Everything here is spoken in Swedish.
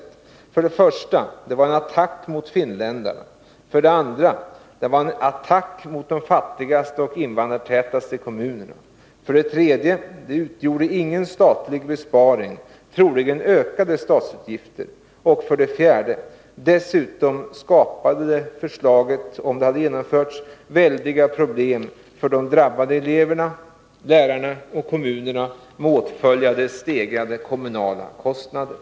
Det var för det första en attack mot finländarna. Det var för det andra en attack mot de fattigaste och invandrartätaste kommunerna. För det tredje medförde det ingen statlig besparing, utan troligen ökade statsutgifter. Och för det fjärde skulle förslaget, om det genomförs, skapa väldiga problem för de drabbade eleverna, lärarna och kommunerna, med åtföljande stegrade kommunala kostnader.